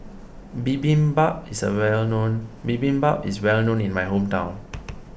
Bibimbap is a well known Bibimbap is well known in my hometown